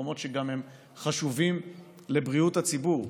מקומות שהם גם חשובים לבריאות הציבור.